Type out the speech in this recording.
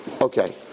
Okay